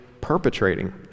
perpetrating